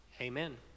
Amen